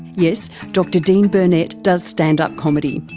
yes, dr dean burnett does stand-up comedy,